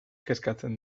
kezkatzen